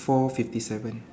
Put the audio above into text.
four fifty seven